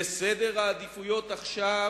וסדר העדיפויות עכשיו